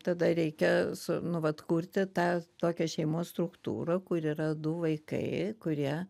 tada reikia su nu vat atkurti tą tokią šeimos struktūrą kur yra du vaikai kurie